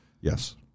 Yes